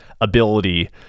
ability